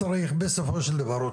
בסופו של דבר,